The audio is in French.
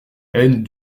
haine